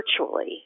virtually